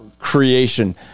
creation